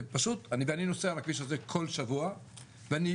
אני נוסע על הכביש הזה כל שבוע ואני,